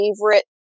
favorite